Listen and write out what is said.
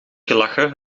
gelachen